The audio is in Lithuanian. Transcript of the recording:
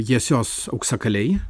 jiesios auksakaliai